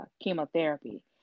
chemotherapy